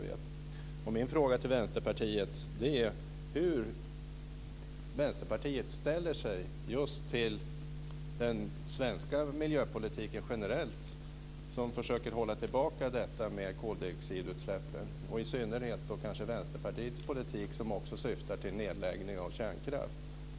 Vänsterpartiet till den svenska miljöpolitiken generellt där man försöker minska koldioxidutsläppen? Vänsterpartiets politik syftar ju till nedläggning av kärnkraft.